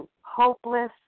hopeless